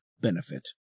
benefit